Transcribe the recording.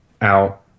out